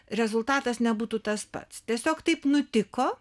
rezultatas nebūtų tas pats tiesiog taip nutiko